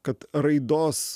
kad raidos